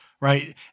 right